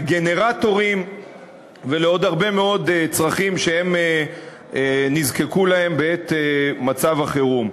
גנרטורים ועוד הרבה מאוד צרכים שהם נזקקו למילוים בעת מצב החירום.